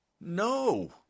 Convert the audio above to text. No